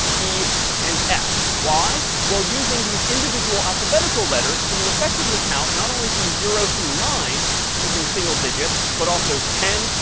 e and f. why? while using these individual alphabetical letters, can you effectively count not only from zero through nine using single digits but also ten,